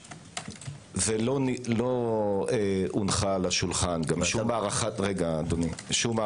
וגם לא הונחה על השולחן שום הערכת סיכונים